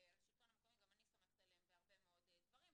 גם אני סומכת עליהם בהרבה מאוד דברים,